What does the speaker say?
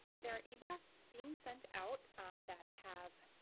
there are eblasts being sent out that have